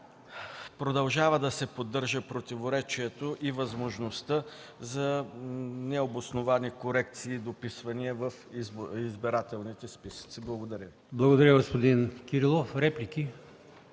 продължава да се поддържа противоречието и възможността за необосновани корекции и дописвания в избирателните списъци. Благодаря. ПРЕДСЕДАТЕЛ АЛИОСМАН ИМАМОВ: Благодаря, господин Кирилов. Реплики